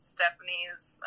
Stephanie's